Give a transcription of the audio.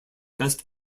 best